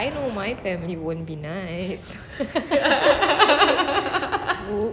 I know my family won't be nice